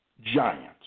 giants